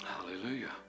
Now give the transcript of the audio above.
Hallelujah